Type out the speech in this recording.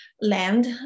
land